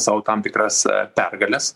sau tam tikras pergales